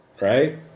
right